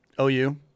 OU